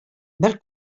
бер